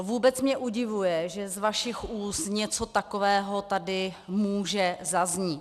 Vůbec mě udivuje, že z vašich úst něco takového tady může zaznít.